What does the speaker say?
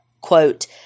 quote